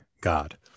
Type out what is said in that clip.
God